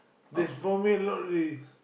there's four meal only